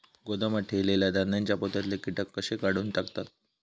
गोदामात ठेयलेल्या धान्यांच्या पोत्यातले कीटक कशे काढून टाकतत?